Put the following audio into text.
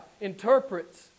interprets